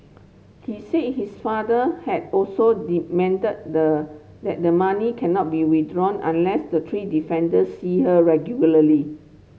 he say his father had also that the money cannot be withdrawn unless the three defendant see her regularly